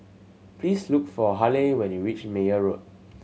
please look for Haleigh when you reach Meyer Road